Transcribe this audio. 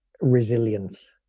resilience